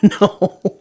No